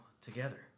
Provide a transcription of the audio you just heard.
Together